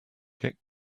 get